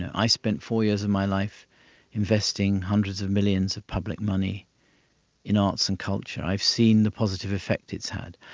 i spent four years of my life investing hundreds of millions of public money in arts and culture. i've seen the positive effect it's had.